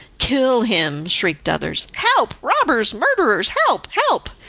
kill him, shrieked others, help! robbers! murderers! help! help!